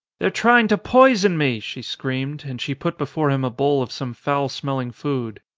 they're trying to poison me, she screamed and she put before him a bowl of some foul smell ing food.